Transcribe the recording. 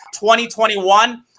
2021